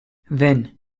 then